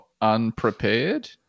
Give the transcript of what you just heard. unprepared